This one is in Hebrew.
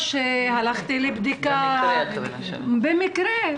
ממש במקרה,